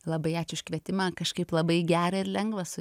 labai ačiū už kvietimą kažkaip labai gera ir lengva su